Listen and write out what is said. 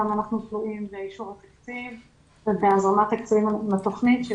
גם אנחנו תלויים באישור התקציב ובהזרמת התקציבים לתוכנית.